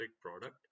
product